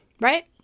right